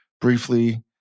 briefly